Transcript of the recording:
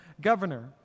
governor